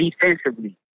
defensively